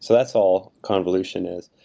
so that's all convolution is.